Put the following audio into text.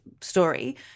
story